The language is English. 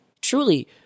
truly